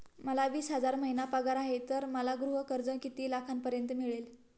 मला वीस हजार महिना पगार आहे तर मला गृह कर्ज किती लाखांपर्यंत मिळेल?